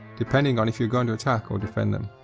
depending on if you're going to attack or defend them.